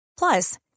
Plus